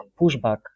pushback